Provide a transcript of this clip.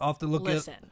Listen